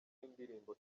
y’indirimbo